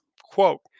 Quote